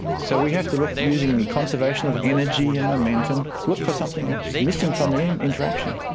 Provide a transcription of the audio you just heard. so we have to look using the conservation of energy and momentum, look for something which is missing from the interaction.